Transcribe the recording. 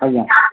ଆଜ୍ଞା